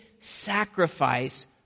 sacrifice